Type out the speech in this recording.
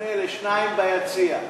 שמופנה לשניים ביציע.